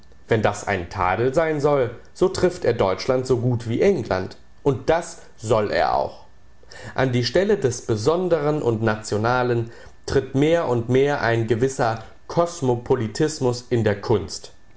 wenn das ein tadel sein soll so trifft er deutschland so gut wie england und das soll er auch an die stelle des besonderen und nationalen tritt mehr und mehr ein gewisser kosmopolitismus in der kunst